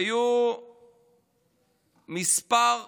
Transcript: היו כמה